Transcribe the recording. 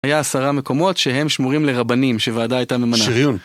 היה עשרה מקומות שהם שמורים לרבנים שוועדה הייתה ממנה. שריון.